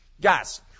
Guys